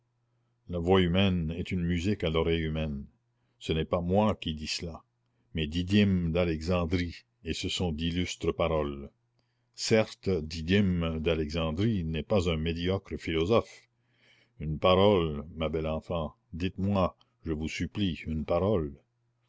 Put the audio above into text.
la voix humaine est une musique à l'oreille humaine ce n'est pas moi qui dis cela mais didyme d'alexandrie et ce sont d'illustres paroles certes didyme d'alexandrie n'est pas un médiocre philosophe une parole ma belle enfant dites-moi je vous supplie une parole